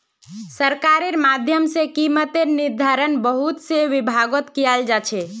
सरकारेर माध्यम से कीमतेर निर्धारण बहुत से विभागत कियाल जा छे